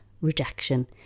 rejection